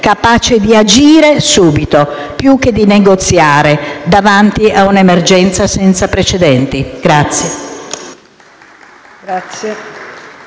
capace di agire subito piu che di negoziare davanti a un’emergenza senza precedenti.